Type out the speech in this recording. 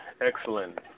Excellent